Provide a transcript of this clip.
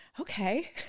Okay